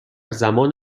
زمان